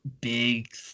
big